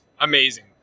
amazing